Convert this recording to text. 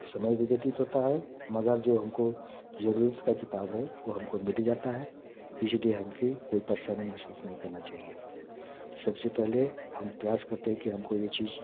समय भी व्यतीत होता है मगर जो हमको ज़रूरत का किताब है वो हमको मिल ही जाता है इसलिए हमको कोई परेशानी महसूस नहीं करना चाहिए सबसे पहले हम प्रयास करते हैं कि हमको ये चीज़